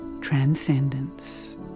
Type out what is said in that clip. Transcendence